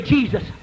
Jesus